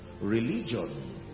Religion